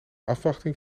afwachting